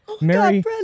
Mary